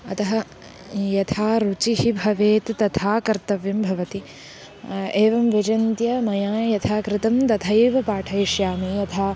अतः यथा रुचिः भवेत् तथा कर्तव्यं भवति एवं विचिन्त्य मया यथा कृतं तथैव पाठयिष्यामि यथा